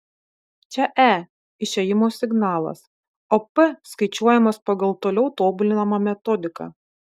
čia e išėjimo signalas o p skaičiuojamas pagal toliau tobulinamą metodiką